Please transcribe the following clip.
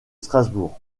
strasbourg